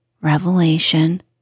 revelation